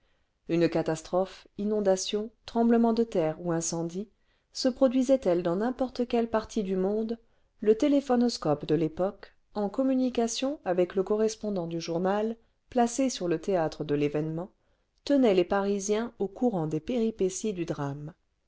une catastrophe inondation tremblement de terre ou incendie se produisait elle dans n'importe quelle partie du monde le téléphonoscope de y époque en communication avec le correspondant du journal placé sur le théâtre de l'événement tenait les parisiens au courant des péripéties du drame